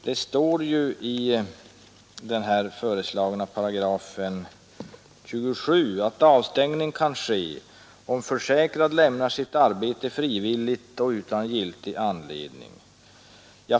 Det står ju i den föreslagna lagtextens 27 § att avstängning kan ske, om försäkrad lämnar sitt arbete frivilligt och utan giltig anledning.